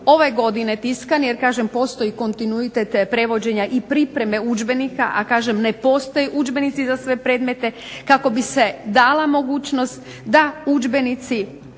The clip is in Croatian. ove godine tiskani, jer kažem postoji kontinuitet prevođenja i pripreme udžbenika, a kažem ne postoje udžbenici za sve predmete, kako bi se dala mogućnost da udžbenici